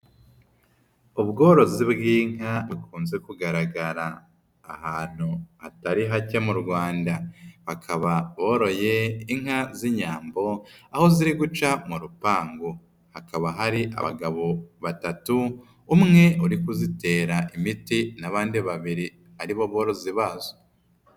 Ubworozi bw'inka bukunze kugaragara ahantu hatari hake mu Rwanda. Bakaba boroye inka z'inyambo, aho ziri guca mu rupangu. Hakaba hari abagabo batatu, umwe uri kuzitera imiti n'abandi babiri ari bo borozi bazo.